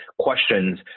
questions